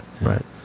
Right